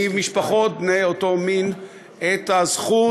ממשפחות של בני אותו המין את הזכות